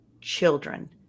children